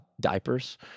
diapers